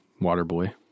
Waterboy